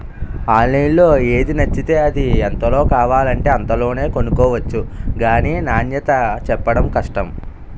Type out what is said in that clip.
ఆన్లైన్లో ఏది నచ్చితే అది, ఎంతలో కావాలంటే అంతలోనే కొనుక్కొవచ్చు గానీ నాణ్యతే చెప్పడం కష్టం